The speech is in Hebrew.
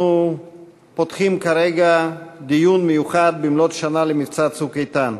אנחנו פותחים כרגע דיון מיוחד במלאות שנה למבצע "צוק איתן".